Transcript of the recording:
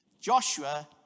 Joshua